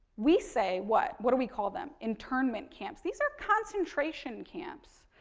we say, what. what do we call them? interment camps. these are concentration camps.